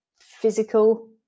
physical